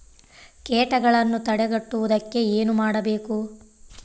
ಕೇಟಗಳನ್ನು ತಡೆಗಟ್ಟುವುದಕ್ಕೆ ಏನು ಮಾಡಬೇಕು?